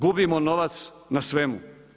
Gubimo novac na svemu.